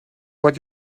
what